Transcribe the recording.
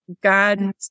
God